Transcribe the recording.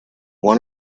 one